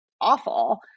awful